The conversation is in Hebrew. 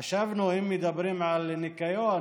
חשבנו שאם מדברים על ניקיון